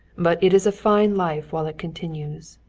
but it is a fine life while it continues.